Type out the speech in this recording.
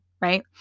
right